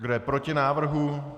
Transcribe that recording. Kdo je proti návrhu?